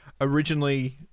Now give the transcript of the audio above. originally